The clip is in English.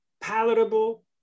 palatable